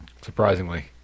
Surprisingly